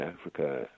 Africa